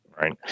Right